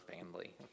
family